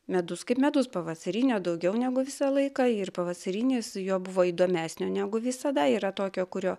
medus kaip medaus pavasarinio daugiau negu visą laiką ir pavasarinis jo buvo įdomesnio negu visada yra tokio kurio